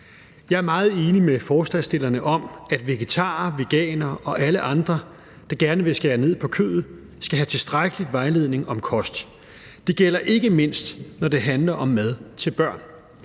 Jeg er meget enig med forslagsstillerne i, at vegetarer, veganere og alle andre, der gerne vil skære ned på kødet, skal have tilstrækkelig vejledning om kost. Det gælder ikke mindst, når det handler om mad til børn.